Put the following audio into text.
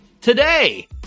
today